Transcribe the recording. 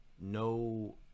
no